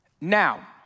Now